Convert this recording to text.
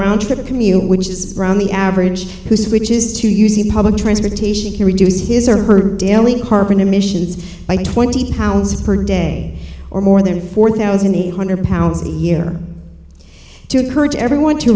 round trip commute which is around the average who switches to using public transportation can reduce his or her daily carbon emissions by twenty pounds per day or more than four thousand eight hundred pounds a year to encourage everyone to